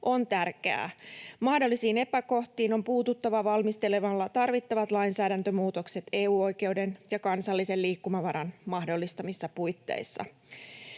on tärkeää. Mahdollisiin epäkohtiin on puututtava valmistelemalla tarvittavat lainsäädäntömuutokset EU-oikeuden ja kansallisen liikkumavaran mahdollistamissa puitteissa.